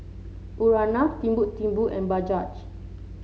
Urana Timbuk Timbuk and Bajaj